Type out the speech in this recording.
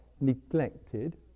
neglected